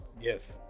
Yes